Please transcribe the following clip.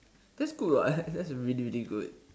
that's good that's really really good